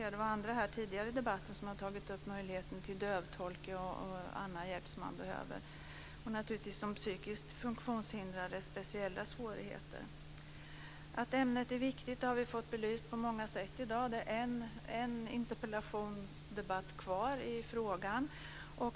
Det var andra som tidigare i debatten tog upp möjligheten till dövtolk och annan hjälp och naturligtvis frågan om de psykiskt funktionshindrades speciella svårigheter. Att ämnet är viktigt har vi fått belyst på många sätt i dag. Det är en interpellationsdebatt kvar i frågan.